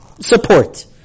support